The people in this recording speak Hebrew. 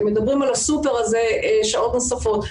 אם מדברים על הסופר, אז זה שעות נוספות.